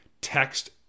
Text